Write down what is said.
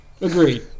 Agreed